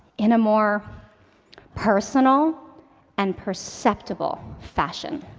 in a more personal and perceptible fashion.